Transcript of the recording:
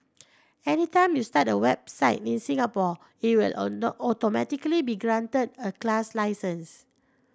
anytime you start a website in Singapore it will automatically be granted a class license